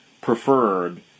preferred